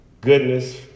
goodness